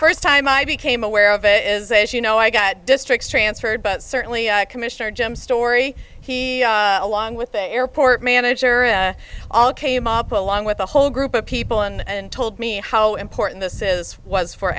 first time i became aware of it is as you know i got districts transferred but certainly commissioner jim story he along with the airport manager all came up along with a whole group of people and told me how important this is was fo